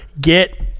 get